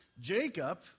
Jacob